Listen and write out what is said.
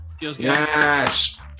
Yes